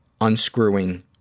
unscrewing